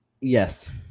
Yes